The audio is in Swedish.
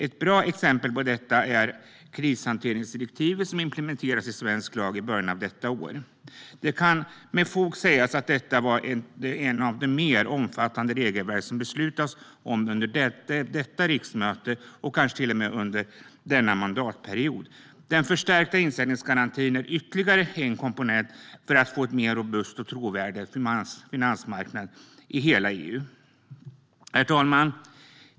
Ett bra exempel på detta är krishanteringsdirektivet, som implementerades i svensk lag i början av detta år. Det kan med fog sägas att detta var ett av de mer omfattande regelverk som det beslutats om under detta riksmöte och kanske till och med under denna mandatperiod. Den förstärkta insättningsgarantin är ytterligare en komponent för att få en mer robust och trovärdig finansmarknad i hela EU. Herr talman!